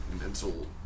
mental